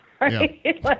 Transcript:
right